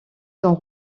sont